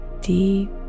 deep